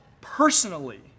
personally